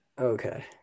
okay